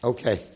Okay